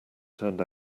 turned